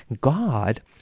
God